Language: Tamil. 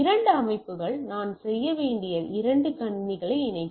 இரண்டு அமைப்புகள் நான் செய்ய வேண்டியதை இரண்டு கணினிகளை இணைக்க